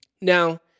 Now